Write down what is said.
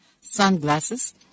sunglasses